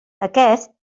aquest